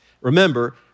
Remember